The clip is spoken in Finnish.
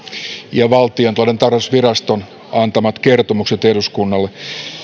ja valtiontalouden tarkastusviraston antamat kertomukset eduskunnalle